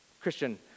Christian